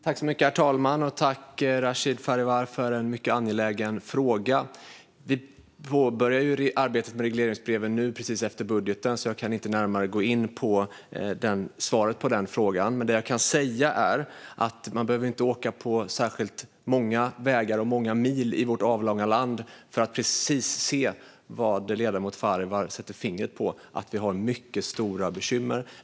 Herr talman! Jag tackar Rashid Farivar för en mycket angelägen fråga. Vi påbörjar arbetet med regleringsbreven nu precis efter budgeten, så jag kan inte närmare gå in på svaret på den frågan. Det jag dock kan säga är att man inte behöver åka på särskilt många vägar eller många mil i vårt avlånga land för att se precis det ledamoten Farivar sätter fingret på, nämligen att vi har mycket stora bekymmer.